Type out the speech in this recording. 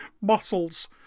muscles